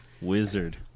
Wizard